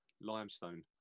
limestone